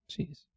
Jeez